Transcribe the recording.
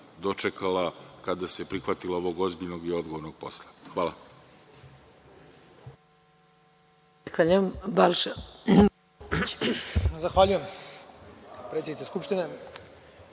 dočekala kada se prihvatila ovog ozbiljnog i odgovornog posla. Hvala.